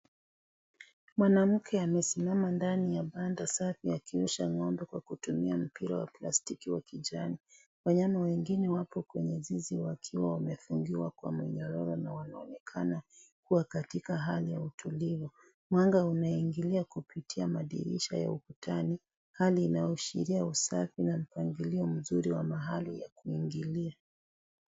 Mwanamke amesima ndani ya banda safi akiosha ng'ombe kwa kutumia mpira wa plastiki wa kijani. Wanyama wengine wako kwenye zizi wakiwa wamefungiwa kwa minyororo na wanaoonekana kuwa katika hali ya utulivu. Mwanga unaingilia kupitia madirisha ya ukutani hali inayoashiria usafi na mpangilio mzuri wa mahali ya kuingilia.